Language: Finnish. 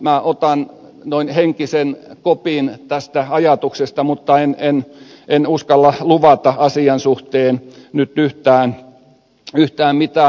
minä otan henkisen kopin tästä ajatuksesta mutta en uskalla luvata asian suhteen nyt yhtään mitään